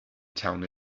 town